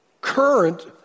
current